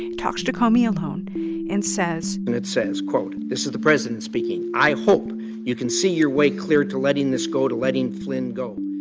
talks to comey alone and says. and it says, quote this is the president speaking i hope you can see your way clear to letting this go, to letting flynn go.